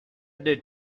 did